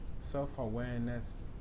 Self-awareness